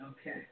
Okay